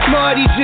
Marty